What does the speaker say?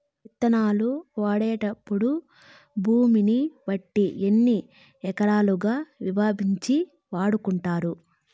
విత్తనాలు నాటేటప్పుడు భూమిని బట్టి ఎన్ని రకాలుగా విభజించి వాడుకుంటారు?